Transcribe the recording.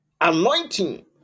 anointing